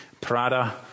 Prada